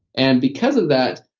and because of that,